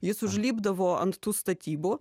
jis užlipdavo ant tų statybų